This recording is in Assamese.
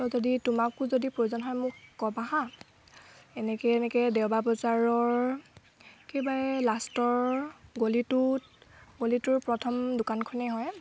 তো যদি তোমাকো যদি প্ৰয়োজন হয় মোক কবা হাঁ এনেকৈ এনেকৈ দেওবাৰ বজাৰৰ একেবাৰে লাষ্টৰ গলিটোত গলিটোৰ প্ৰথম দোকানখনেই হয়